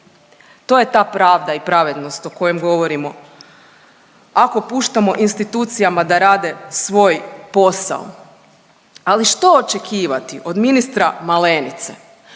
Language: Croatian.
To je ta pravda i pravednost o kojoj govorimo ako puštamo institucijama da rade svoj posao. Ali što očekivati od ministra Malenice